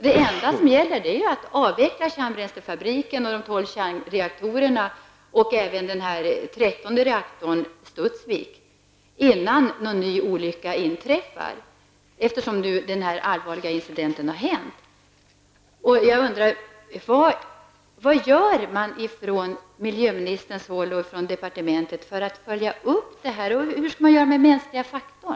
Det enda som hjälper är att avveckla kärnbränslefabriken, de tolv kärnreaktorerna och även denna trettonde reaktor, Studsvik, innan några nya olyckor inträffar.